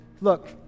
Look